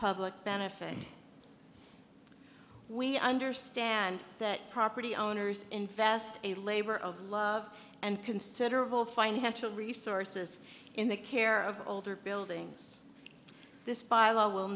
public benefit and we understand that property owners invest a labor of love and considerable financial resources in the care of older buildings this bylaw will